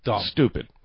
Stupid